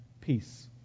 peace